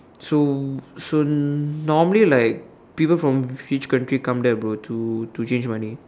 so so normally like people from which country come there bro to to change money